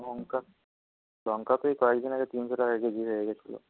লঙ্কা লঙ্কা তো এই কয়েকদিন আগে তিনশো টাকা কেজি হয়ে গিয়েছিল